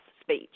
speech